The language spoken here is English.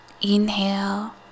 Inhale